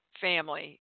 family